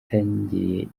batangiriye